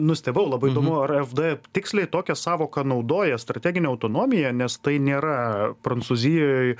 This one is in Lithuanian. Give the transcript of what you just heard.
nustebau labai įdomu ar afd tiksliai tokią sąvoką naudoja strateginė autonomija nes tai nėra prancūzijoj